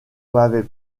m’avait